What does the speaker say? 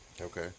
Okay